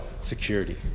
security